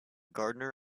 gardener